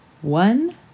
one